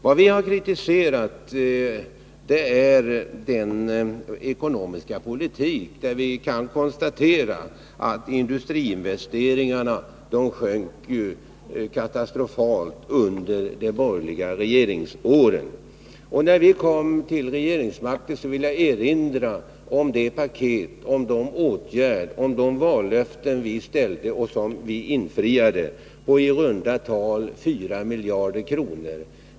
Vad vi har kritiserat är den ekonomiska politik som fördes under de borgerliga regeringsåren och som ledde till att industriinvesteringarna sjönk katastrofalt. Jag vill erinra om de vallöften vi gav och som vi har infriat — åtgärder har vidtagits som kostar i runt tal 4 miljarder kronor.